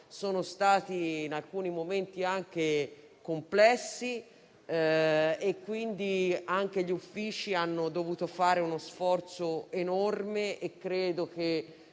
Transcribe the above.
sono stati in alcuni momenti anche complessi e, quindi, anche gli Uffici hanno dovuto fare uno sforzo enorme, e credo di